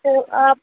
तो आप